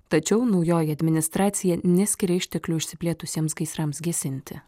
tačiau naujoji administracija neskiria išteklių išsiplėtusiems gaisrams gesinti